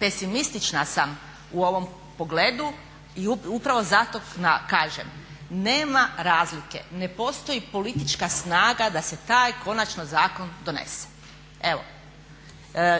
Pesimistična sam u ovom pogledu i upravo zato kažem: nema razlike, ne postoji politička snaga da se taj konačno zakon donese